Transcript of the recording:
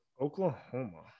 Oklahoma